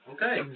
Okay